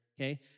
okay